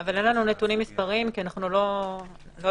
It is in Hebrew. אבל אין לנו נתונים מספריים כי אני לא